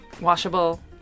washable